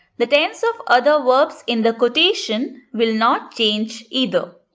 the tense of other verbs in the quotation will not change either.